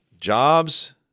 jobs